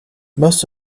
most